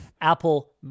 Apple